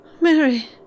Mary